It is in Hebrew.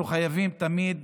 אנחנו חייבים תמיד